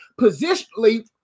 positionally